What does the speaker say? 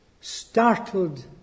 startled